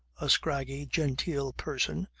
a scraggy, genteel person,